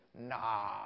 Nah